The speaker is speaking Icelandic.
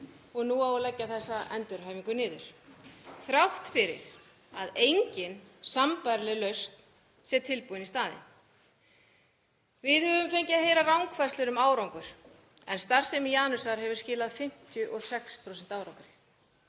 og nú á að leggja þessa endurhæfingu niður þrátt fyrir að engin sambærileg lausn sé tilbúin í staðinn. Við höfum fengið að heyra rangfærslur um árangur en starfsemi Janusar hefur skilað 56% árangri.